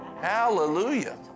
Hallelujah